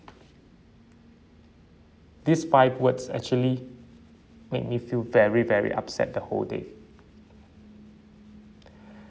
these five words actually make me feel very very upset the whole day